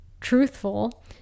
truthful